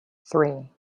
three